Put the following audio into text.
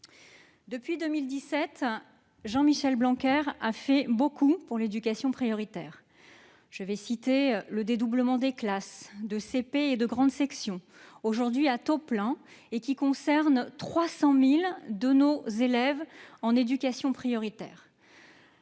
Depuis 2017, Jean-Michel Blanquer a fait beaucoup pour l'éducation prioritaire. Je peux citer, par exemple, le dédoublement des classes de CP et de grande section, aujourd'hui à taux plein, qui concernent 300 000 de nos élèves en éducation prioritaire.